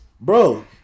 Bro